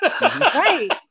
Right